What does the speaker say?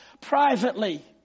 privately